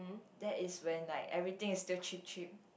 that is when like everything is still cheap cheap